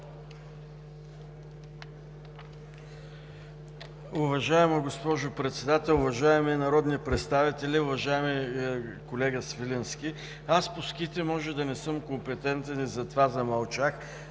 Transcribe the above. Уважаема госпожо Председател, уважаеми народни представители! Уважаеми колега Свиленски, аз по ските може да не съм компетентен и затова замълчах,